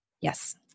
Yes